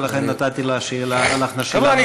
ולכן נתתי לך שאלה נוספת.